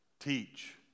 teach